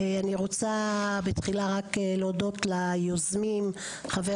אני רוצה תחילה רק להודות ליוזמים: חבר